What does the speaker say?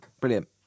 Brilliant